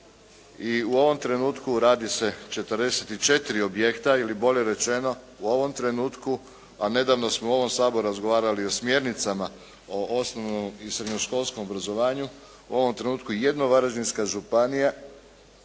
i u ovom trenutku radi se 44 objekta ili bolje rečeno u ovom trenutku, a nedavno smo u ovom Saboru razgovarali o smjernicama o osnovnom i srednjoškolskom obrazovanju. U ovom trenutku jedino Varaždinska županija